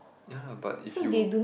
ya lah but if you